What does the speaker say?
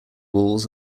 walls